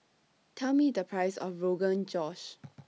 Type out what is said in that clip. Tell Me The Price of Rogan Josh